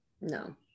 No